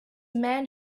man